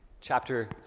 chapter